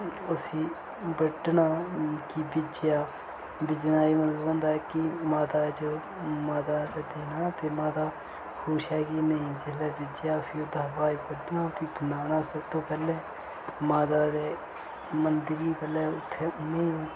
इसी बड्डना कि बिज्जेआ बिज्जने दा एह् मतलब होंदा ऐ कि माता जो माता दे देना ते माता खुश ऐ कि नेईं जेल्लै बिज्जेआ फ्ही ओह्दे बाद बड्डना फ्ही बनाना सबतूं पैह्ले माता दे मंदर गी पैह्ला उत्थें उनेंगी